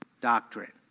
doctrine